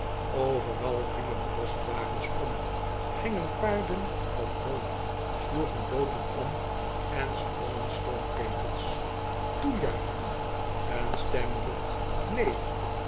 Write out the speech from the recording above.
overal vielen postwagens om gingen paarden op hoi sloegen booten om en sprongen stoomketels toejuichingen een stem roept neen neen